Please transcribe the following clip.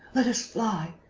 let us fly.